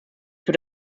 wird